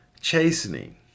chastening